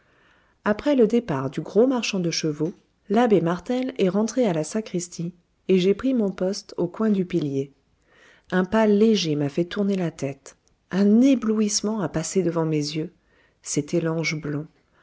après le départ du gros marchand de chevaux l'abbé martel est rentré à la sacristie et j'ai pris mon poste au coin du pilier un pas léger m'a fait tourner la tête un éblouissement a passé devant mes yeux c'était l'ange blond